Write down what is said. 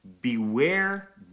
Beware